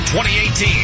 2018